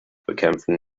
bekämpfen